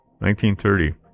1930